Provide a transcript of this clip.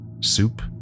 soup